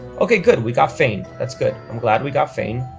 okay, good, we got faine that's good. i'm glad we got faine.